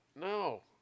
no